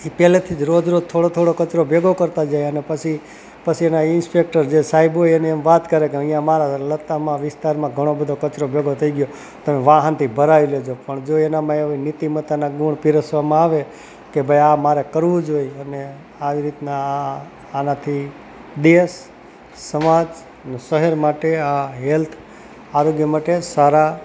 એ પહેલેથી જ રોજ રોજ થોડો થોડો કચરો ભેગો કરતાં જાય અને પછી પછી એના ઈન્સ્પેકટર જે સાહેબ હોય એને એમ વાત કરે કે અહીંયા મારા લતામાં વિસ્તારમાં ઘણો બધો કચરો ભેગો થઈ ગયો તમે વાહનથી ભરાવી લેજો પણ જો એનામાં એવી નીતિમત્તાના ગુણ પીરસવામાં આવે કે ભાઈ આ મારે કરવું જોઈએ અને આવી રીતના આ આ આનાથી દેશ સમાજ ને શહેર માટે આ હેલ્થ આરોગ્ય માટે સારા